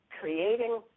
creating